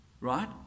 right